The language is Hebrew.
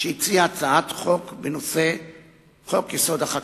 שהציעה הצעת חוק בנושא חוק-יסוד: החקיקה,